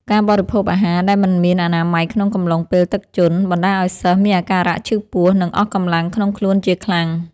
ការបរិភោគអាហារដែលមិនមានអនាម័យក្នុងកំឡុងពេលទឹកជន់ បណ្តាលឱ្យសិស្សមានអាការៈឈឺពោះ និងអស់កម្លាំងក្នុងខ្លួនជាខ្លាំង។